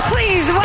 Please